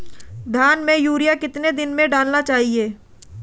धान में यूरिया कितने दिन में डालना चाहिए?